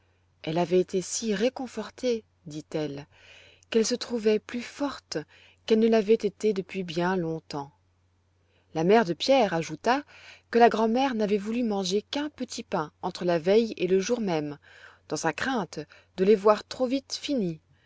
elle avait été si réconfortée dit-elle qu'elle se trouvait plus forte qu'elle ne l'avait été depuis bien longtemps la mère de pierre ajouta que la grand'mère n'avait voulu manger qu'un petit pain entre la veille et le jour même dans sa crainte de les avoir trop vite finis